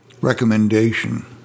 recommendation